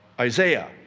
Isaiah